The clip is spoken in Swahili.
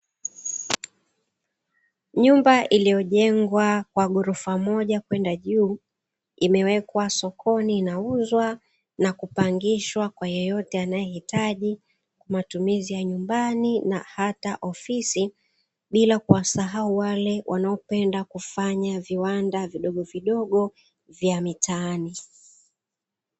Nyumba iliyojengwa kwa ghorofa moja kwenda juu, imewekwa sokoni inauzwa na kupangishwa kwa yeyote anayehitaji matumizi ya nyumbani na hata ofisi, bila kuwasahau wale wanaopenda kufanya viwanda vidogovidogo vya mitaani.